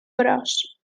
gros